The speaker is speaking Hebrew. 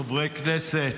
חברי כנסת,